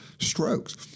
strokes